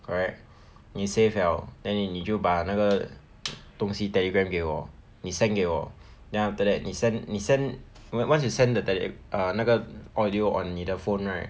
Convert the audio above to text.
correct 你 save liao then 你就把那个东西 Telegram 给我你 send 给我 then after that 你 send 你 send once you send the tele err 那个 audio on 你的 phone right